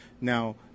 Now